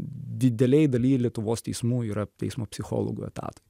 didelėj daly lietuvos teismų yra teismo psichologo etatai